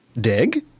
Dig